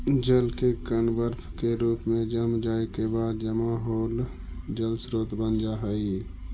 जल के कण बर्फ के रूप में जम जाए के बाद जमा होल जल स्रोत बन जा हई